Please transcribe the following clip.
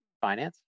finance